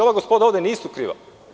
Ova gospoda ovde nisu kriva.